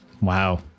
Wow